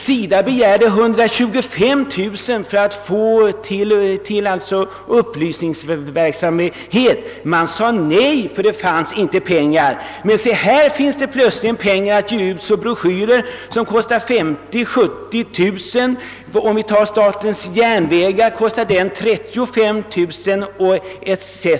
SIDA begärde 125 000 kronor till upplysningsverksamhet; man sade då nej därför att det inte fanns pengar. Men se här finns det plötsligt pengar att ge ut broschyrer som kostar både 50 000 och 70 000 kronor, och t.ex. statens järnvägars broschyr kostar 35000 kronor.